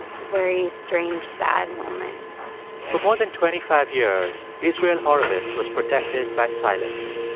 very strange, sad moment for more than twenty five years, israel horovitz was protected by silence.